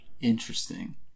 Interesting